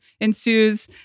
ensues